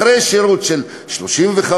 אחרי שירות של 35,